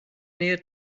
nähe